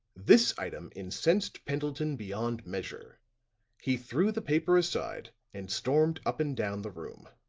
this item incensed pendleton beyond measure he threw the paper aside and stormed up and down the room.